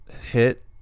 hit